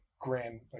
grand